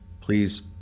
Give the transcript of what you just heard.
please